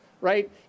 right